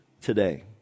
Today